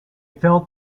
felt